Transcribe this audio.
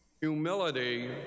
Humility